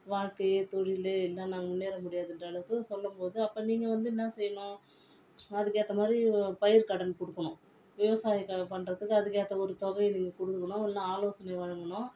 வாழ்க்கையே தொழில் இல்லை நாங்க முன்னேற முடியாதுன்ற அளவுக்கு சொல்லும்போது அப்போ நீங்கள் வந்து என்ன செய்யணும் அதுக்கேற்ற மாதிரி பயிர் கடன் கொடுக்குணும் விவசாயம் க பண்ணுறதுக்கு அதுக்கேற்ற ஒரு தொகை நீங்கள் கொடுக்குணும் இல்லைனா ஆலோசனை வழங்கணும்